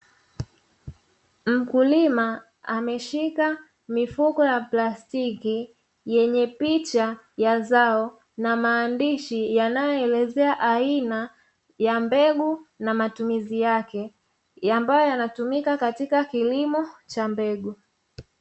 Mkulima ameshika mifuko ya plastiki yenye picha ya zao na maandishi yanayoelezea aina ya mbegu na matumizi yake, ambayo yanatumika katika kilimo cha mbegu.